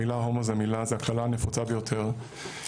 המילה הומו זו הקללה הנפוצה ביותר,